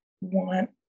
want